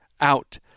out